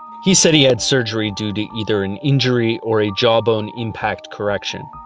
he said he had surgery due to either an injury or a jawbone impact correction.